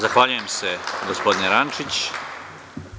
Zahvaljujem se, gospodine Rančiću.